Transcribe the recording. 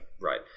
Right